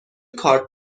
کارت